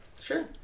Sure